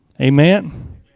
Amen